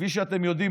כפי שאתם יודעים,